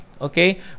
Okay